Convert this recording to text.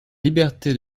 liberté